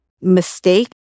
mistake